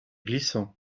glissant